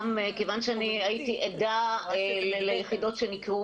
כיוון שאני הייתי עדה ליחידות שנקרעו